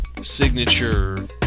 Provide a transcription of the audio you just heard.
signature